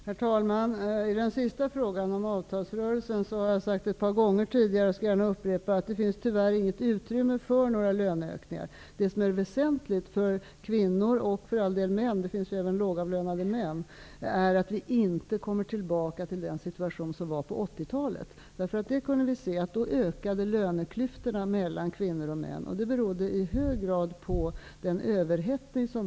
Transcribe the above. Herr talman! När det gäller den sista frågan om avtalsrörelsen skall jag gärna upprepa att det tyvärr inte finns något utrymme för några löneökningar. Det som är väsentligt för kvinnor och för all del män -- det finns ju även lågavlönade män -- är att vi inte kommer tillbaka till den situation som rådde på Då kunde vi se att löneklyftorna mellan kvinnor och män ökade. Det berodde i hög grad på överhettningen.